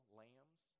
lambs